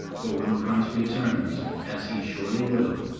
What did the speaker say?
for when christ returns, as he surely will,